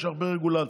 ויש הרבה רגולציה.